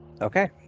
Okay